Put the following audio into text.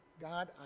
God